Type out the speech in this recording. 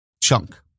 chunk